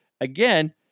again